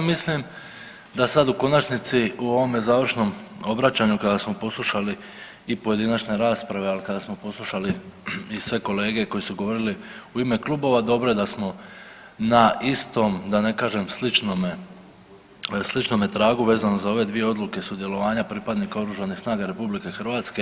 Mislim da sad u konačnici u ovome završnom obraćanju kada smo poslušali i pojedinačne rasprave, ali kada smo poslušali i sve kolege koji su govorili u ime klubova dobro je da smo na istom, da ne kažem sličnome tragu vezano za ove dvije odluke sudjelovanja pripadnika Oružanih snaga RH